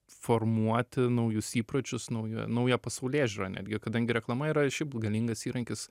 formuoti naujus įpročius nauja naują pasaulėžiūrą netgi kadangi reklama yra šiaip galingas įrankis